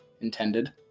intended